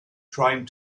trying